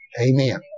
Amen